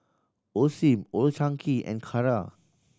Osim Old Chang Kee and Kara